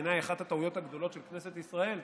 בעיניי אחת הטעויות הגדולות של כנסת ישראל.